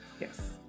Yes